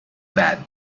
that